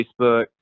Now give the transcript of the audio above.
Facebook